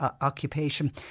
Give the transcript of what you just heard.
occupation